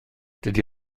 dydy